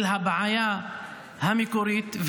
של הבעיה המקורית,